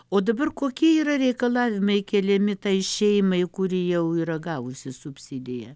o dabar kokie yra reikalavimai keliami tai šeimai kuri jau yra gavusi subsidiją